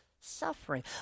suffering